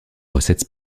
recettes